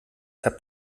habt